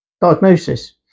Diagnosis